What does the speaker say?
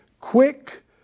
quick